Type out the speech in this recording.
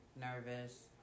nervous